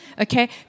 Okay